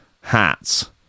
hats